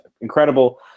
Incredible